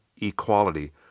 equality